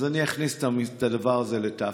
אז אני אכניס את הדבר הזה לת"ת,